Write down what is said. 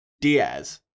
diaz